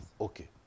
Okay